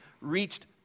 Reached